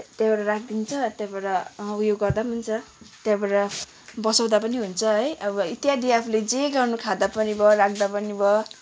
त्यहाँबाट राखिदिन्छ त्यहाँबाट उयो गर्दा पनि हुन्छ त्यहाँबाट बसाउँदा पनि हुन्छ है अब इत्यादि आफूले जे गर्नु खाँदा पनि भयो राख्दा पनि भयो